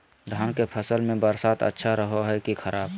धान के फसल में बरसात अच्छा रहो है कि खराब?